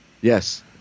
Yes